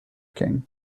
king